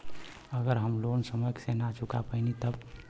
अगर हम लोन समय से ना चुका पैनी तब?